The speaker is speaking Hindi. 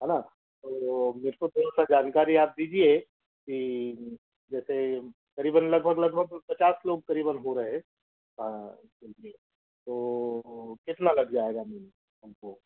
है ना तो मेरे को थोड़ा सा जानकारी आप दीजिए कि जैसे करीबन लगभग लगभग पचास लोग करीबन हो रहे हैं तो कितना लग जाएगा हमको